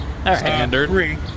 standard